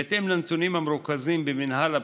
בהתאם לנתונים המרוכזים במינהל הבטיחות,